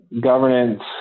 governance